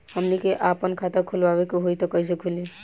हमनी के आापन खाता खोलवावे के होइ त कइसे खुली